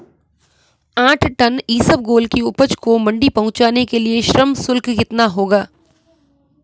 आठ टन इसबगोल की उपज को मंडी पहुंचाने के लिए श्रम शुल्क कितना होगा?